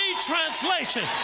translation